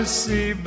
see